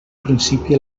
principi